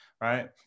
right